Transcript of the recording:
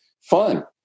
fun